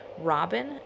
Robin